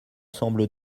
semble